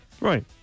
Right